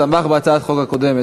תמך בהצעת החוק הקודמת,